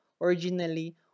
originally